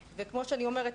וכמו שאני אומרת,